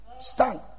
stand